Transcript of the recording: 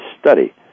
study